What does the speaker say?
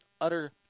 utter